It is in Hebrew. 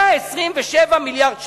127 מיליארד שנה,